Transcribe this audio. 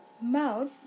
mouth